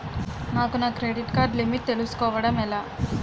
నాకు నా credit card limit తెలుసుకోవడం ఎలా?